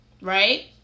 right